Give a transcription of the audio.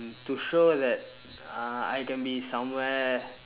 to show that uh I can be somewhere